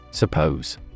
Suppose